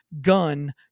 gun